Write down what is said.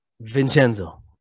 Vincenzo